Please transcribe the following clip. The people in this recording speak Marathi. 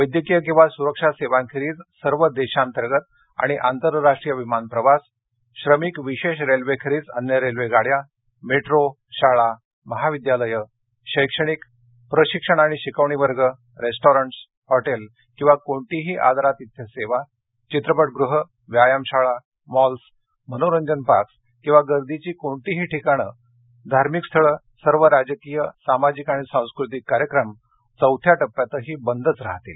वैद्यकीय किंवा सुरक्षा सेवांखेरीज सर्व देशांतर्गत आणि आंतरराष्ट्रीय विमान प्रवास श्रमिक विशेष रेल्वेखेरीज अन्य रेल्वेगाड्या मेट्रो शाळा महाविद्यालयं शैक्षणिक प्रशिक्षण आणि शिकवणी वर्ग रेस्टॉरंट हॉटेल किंवा कोणतीही आदरातिथ्य सेवा चित्रपट गृहं व्यायाम शाळा मॉल्स मनोरंजन पार्क्स किंवा गर्दीची अशी कोणतीही ठिकाणं धार्मिक स्थळं सर्व राजकीय सामाजिक आणि सांस्कृतिक कार्यक्रम चौथ्या टप्प्यातही बंदच राहतील